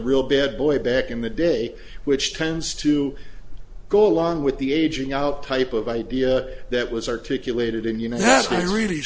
real bad boy back in the day which tends to go along with the aging out type of idea that was articulated and you know has been really